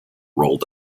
rolled